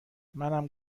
منم